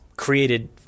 created